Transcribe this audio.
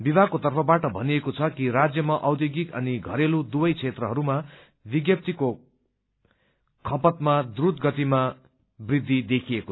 विभागाको तर्फबाट भनिएको छ कि राज्यमा औध्योगिक अनि घरेलु दुवै क्षेत्रहरूमा विज्ञप्तीको खपतमा द्रूत गतिमा वृद्धि देखिकऐ